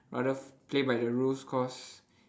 rather play by the rules cause